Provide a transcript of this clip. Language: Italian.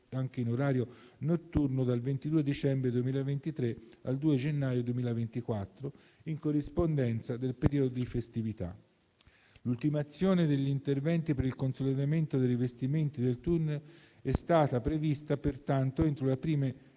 anche in orario notturno dal 22 dicembre 2023 al 2 gennaio 2024, in corrispondenza del periodo di festività. L'ultimazione degli interventi per il consolidamento dei rivestimenti del tunnel era stata prevista pertanto entro le prime